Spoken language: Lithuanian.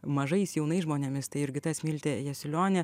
mažais jaunais žmonėmis tai jurgita smiltė jasiulionė